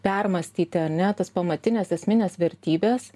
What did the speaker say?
permąstyti ar ne tas pamatines esmines vertybes